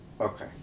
Okay